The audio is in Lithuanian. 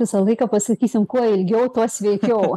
visą laiką pasakysim kuo ilgiau tuo sveikiau